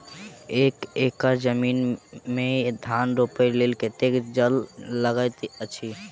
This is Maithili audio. एक एकड़ जमीन मे धान रोपय लेल कतेक जल लागति अछि?